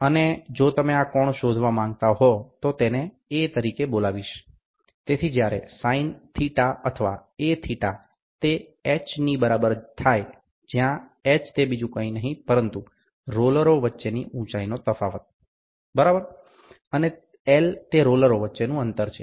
અને જો તમે આ કોણ શોધવા માંગતા હો તો તેને A તરીકે બોલાવીશ તેથી જ્યારે sinθ અથવા Aθ તે h ની બરાબર થાય જ્યાં h તે બીજું કંઈ નહીં પરંતુ રોલરો વચ્ચેની ઊંચાઈનો તફાવત છે બરાબર અને L તે રોલરો વચ્ચેનું અંતર છે